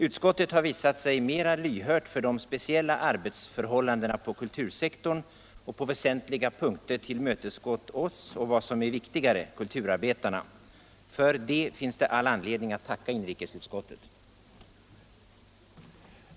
Utskottet har visat sig mera lyhört än departementet för de speciella arbetsförhållandena på kultursektorn och på väsentliga punkter tillmötesgått oss och — vad som är viktigare — kulturarbetarna. För det finns det all anledning att tacka inrikesutskottet.